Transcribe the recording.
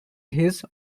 his